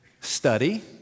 study